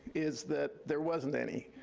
is that there wasn't any.